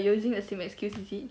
using the same excuse is it